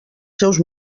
seus